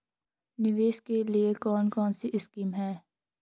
निवेश के लिए कौन कौनसी स्कीम हैं?